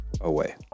away